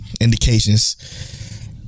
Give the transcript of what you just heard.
indications